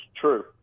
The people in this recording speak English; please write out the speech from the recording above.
true